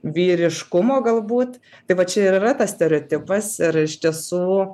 vyriškumo galbūt tai va čia ir yra tas stereotipas ir iš tiesų